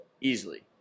Easily